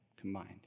combined